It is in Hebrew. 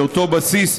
מאותו בסיס,